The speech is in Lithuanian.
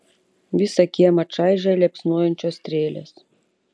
visą kiemą čaižė liepsnojančios strėlės